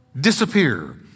disappear